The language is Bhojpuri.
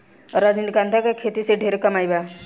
रजनीगंधा के खेती से ढेरे कमाई बा